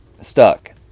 stuck